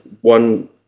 one